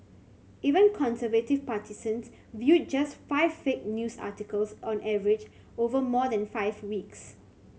even conservative partisans viewed just five fake news articles on average over more than five weeks